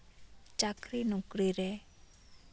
ᱪᱟᱹᱠᱨᱤ ᱱᱚᱠᱨᱤ ᱨᱮ